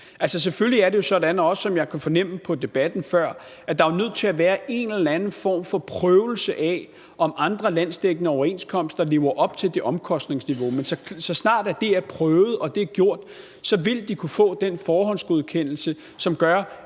på debatten før – at der er nødt til at være en eller anden form for prøvelse af, om andre landsdækkende overenskomster lever op til det omkostningsniveau. Men så snart det er prøvet og gjort, så vil de kunne få den forhåndsgodkendelse, som gør,